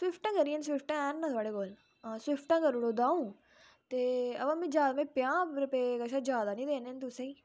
सविफ्टा करनी ते सविफ्टा हैन ना थोहाडे़ कोल सविफ्टा करी ओड़ो दंऊ ते एबा पंजाह् रुपये कोला ज्यादा नेईं देने ना तुसेंगी